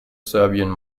serbian